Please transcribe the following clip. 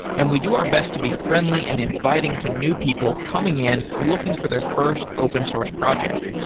and we do our best to be friendly and inviting to new people coming in looking for their first open-source project.